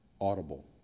audible